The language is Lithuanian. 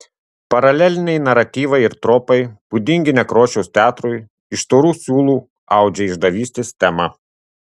paraleliniai naratyvai ir tropai būdingi nekrošiaus teatrui iš storų siūlų audžia išdavystės temą